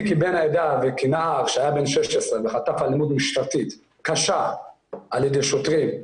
אני כבן העדה וכנער שהיה בן 16 וחטף אלימות משטרתית קשה על ידי שוטרים,